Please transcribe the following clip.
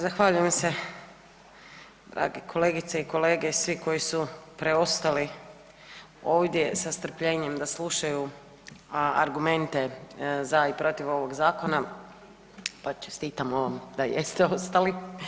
Zahvaljujem se dragi kolegice i kolege i svi koji su preostali ovdje sa strpljenjem da slušaju argumente za i protiv ovog zakona pa čestitamo da jeste ostali.